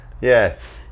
Yes